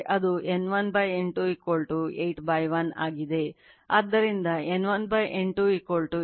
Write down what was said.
ಆದ್ದರಿಂದ N1 N2 81 K